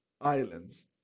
Islands